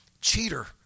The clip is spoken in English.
cheater